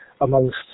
amongst